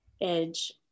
edge